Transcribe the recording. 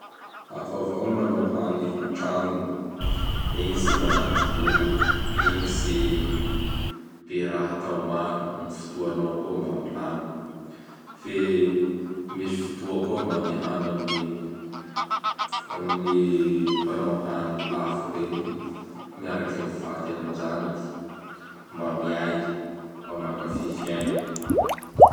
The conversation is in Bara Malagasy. Hafa avao gny manao hany atragno. Igny tsy mandany vola. Igny tsy be raha hatao maro, gny fotoanao koa mba milamy; fe misy fotoa koa mba andehana amin'ny amin'ny mpanao hany lafo iregny miaraky amin'ny vady aman-janaky, mba miay, mba mankafy fiaigna.